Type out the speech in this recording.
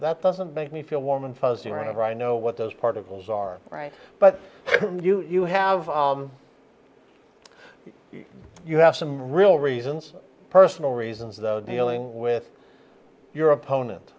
that doesn't make me feel warm and fuzzy right know what those particles are right but do you have you have some real reasons personal reasons though dealing with your opponent